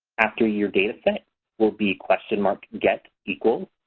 after your data set will be question mark and get equals.